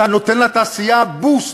ואתה נותן לתעשייה boost,